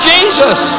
Jesus